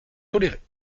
tolérée